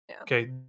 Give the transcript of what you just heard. okay